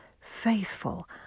faithful